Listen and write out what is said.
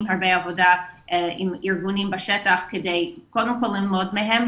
הרבה עבודה עם ארגונים בשטח כדי קודם כל ללמוד מהם,